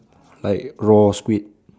like raw squid